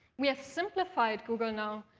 we have simplified google now